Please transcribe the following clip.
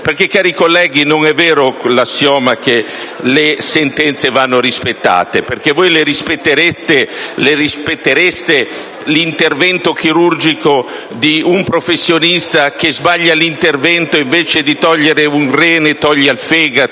diritto. Cari colleghi, non è vero l'assioma che le sentenze vanno rispettate. Voi rispettereste l'intervento chirurgico di un professionista che sbaglia l'intervento e, invece di togliere un rene, toglie il fegato?